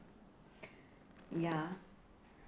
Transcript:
ya